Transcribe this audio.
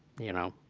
you know,